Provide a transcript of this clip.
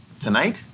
tonight